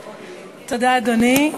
תודה, אדוני.